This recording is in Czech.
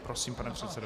Prosím, pane předsedo.